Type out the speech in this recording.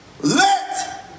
let